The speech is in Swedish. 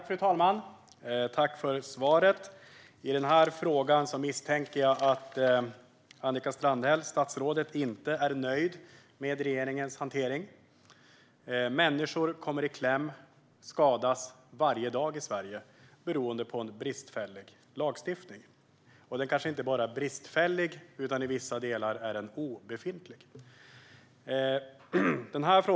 Fru talman! Jag tackar statsrådet för svaret. Jag misstänker att statsrådet inte är nöjd med regeringens hantering av denna fråga. Människor kommer i kläm och skadas varje dag i Sverige på grund av bristfällig och i vissa delar obefintlig lagstiftning.